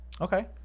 okay